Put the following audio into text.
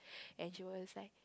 and she was like